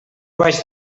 vaig